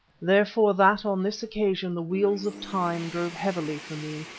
therefore, that on this occasion the wheels of time drave heavily for me.